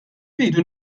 rridu